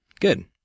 Good